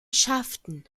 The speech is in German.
schafften